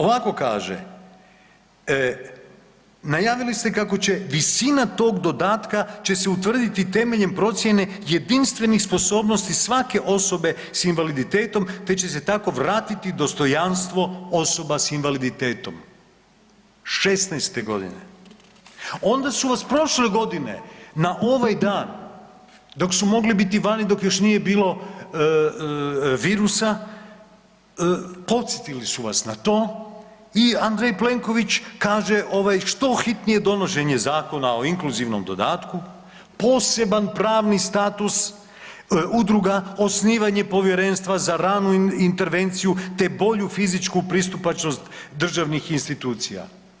Ovako kaže, najavili ste kako će, visina tog dodatka će se utvrditi temeljem procijene jedinstvenih sposobnosti svake osobe s invaliditetom, te će se tako vratiti dostojanstvo osoba s invaliditetom, '16.g. Onda su vas prošle godine na ovaj dan dok su mogli biti vani, dok još nije bilo virusa, podsjetili su vas na to i Andrej Plenković kaže ovaj „što hitnije donošenje Zakona o inkluzivnom dodatku, poseban pravni status udruga, osnivanje Povjerenstva za ranu intervenciju, te bolju fizičku pristupačnost državnih institucija.